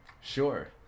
Sure